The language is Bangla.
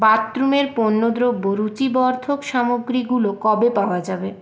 বাথরুমের পণ্যদ্রব্য রূচিবর্ধক সামগ্রীগুলো কবে পাওয়া যাবে